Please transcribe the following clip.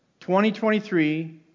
2023